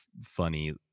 funny